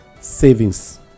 savings